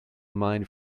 mind